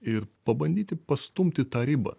ir pabandyti pastumti tą ribą